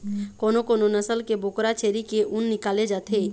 कोनो कोनो नसल के बोकरा छेरी के ऊन निकाले जाथे